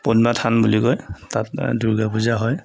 পদ্মা থান বুলি কয় তাত দুৰ্গা পূজা হয়